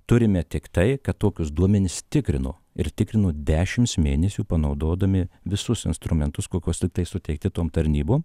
turime tik tai kad tokius duomenis tikrino ir tikrino dešimts mėnesių panaudodami visus instrumentus kokios tiktai suteikti tom tarnybom